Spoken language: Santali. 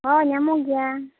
ᱦᱳᱭ ᱧᱟᱢᱚᱜ ᱜᱮᱭᱟ